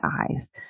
eyes